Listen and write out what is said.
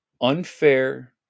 unfair